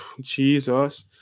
Jesus